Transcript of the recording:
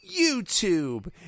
YouTube